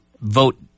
vote